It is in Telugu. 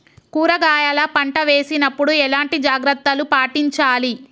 కూరగాయల పంట వేసినప్పుడు ఎలాంటి జాగ్రత్తలు పాటించాలి?